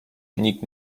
nikt